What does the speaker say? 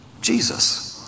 Jesus